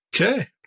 Okay